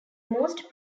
most